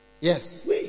Yes